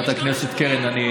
חברת הכנסת קרן,